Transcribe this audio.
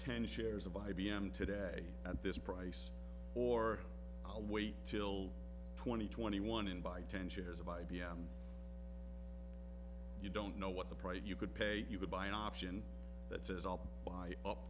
ten shares of i b m today at this price or i'll wait till twenty twenty one in buy ten shares of i b m you don't know what the price you could pay you could buy an option that says i'll buy up